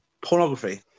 Pornography